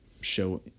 show